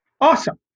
Awesome